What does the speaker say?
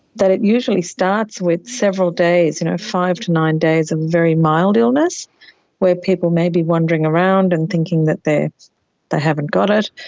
that it usually starts with several days, five to nine days of very mild illness where people may be wandering around and thinking that they they haven't got it,